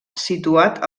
situat